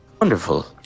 Wonderful